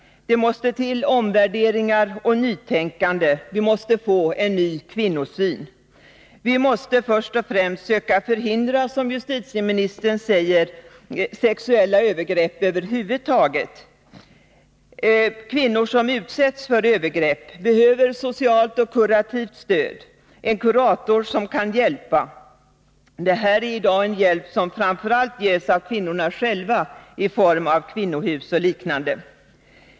Det måste till omvärderingar och nytänkande. Vi måste få en ny kvinnosyn. Vi måste först och främst söka förhindra, som justitieministern säger, sexuella övergrepp över huvud taget. Kvinnor som utsätts för övergrepp behöver socialt och kurativt stöd — en kurator som kan hjälpa dem. Det här är i dag en hjälp som framför allt ges av kvinnorna själva i form av kvinnohus och liknande.